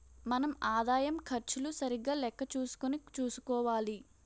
మన ఆదాయం ఖర్చులు సరిగా లెక్క చూసుకుని చూసుకోవాలి